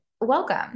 Welcome